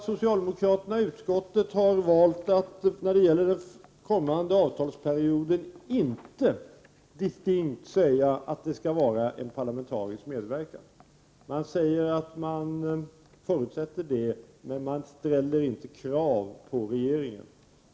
Socialdemokraterna i utskottet har när det gäller den kommande avtalsperioden valt att inte distinkt säga att verksamheten skall bedrivas med parlamentarisk medverkan. Socialdemokraterna säger att de förutsätter detta, men de ställer inga krav i den riktningen på regeringen.